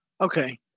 Okay